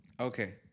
Okay